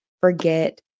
forget